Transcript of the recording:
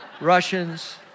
Russians